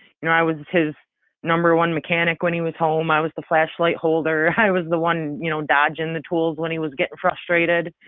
you know i was his number one mechanic when he was home. i was the flashlight holder. i was the one you know dodging the tools when he was getting frustrated.